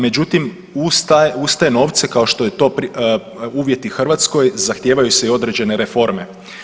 Međutim, uz te novce kao što je to uvjet i Hrvatskoj zahtijevaju se i određene reforme.